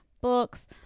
books